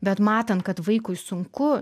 bet matant kad vaikui sunku